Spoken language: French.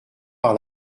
par